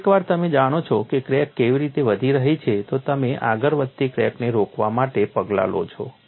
તેથી એકવાર તમે જાણો છો કે ક્રેક કેવી રીતે વધી રહી છે તો તમે આગળ વધતી ક્રેકને રોકવા માટે પગલાં લો છો